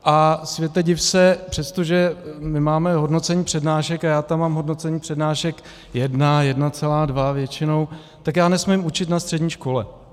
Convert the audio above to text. A světe div se, přestože my máme hodnocení přednášek a já tam mám hodnocení přednášek jedna, jedna celá dva většinou, tak já nesmím učit na střední škole.